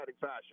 fashion